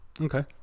Okay